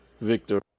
Victor